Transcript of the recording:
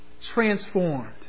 transformed